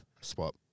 Swap